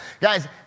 Guys